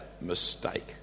Mistake